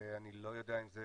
אני לא יודע אם זה